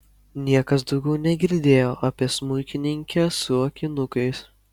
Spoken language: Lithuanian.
niekas daugiau negirdėjo apie smuikininkę su akinukais